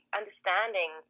understanding